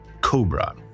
Cobra